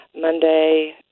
Monday